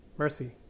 mercy